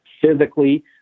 physically